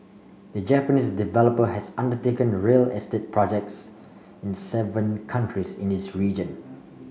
the Japanese developer has undertaken a real estate projects in seven countries in this region